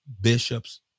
bishops